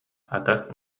ата